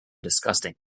disgusting